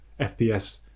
FPS